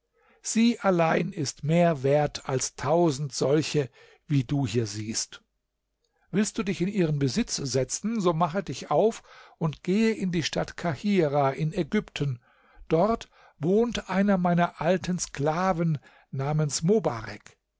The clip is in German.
sie allein ist mehr wert als tausend solche wie du hier siehst willst du dich in ihren besitz setzen so mach dich auf und gehe in die stadt kahirah in ägypten dort wohnt einer meiner alten sklaven namens mobarek